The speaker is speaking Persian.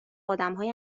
آدمهای